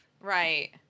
Right